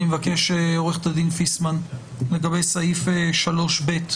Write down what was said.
עורכת הדין פיסמן, אני מבקש לגבי סעיף 3(ב),